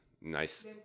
Nice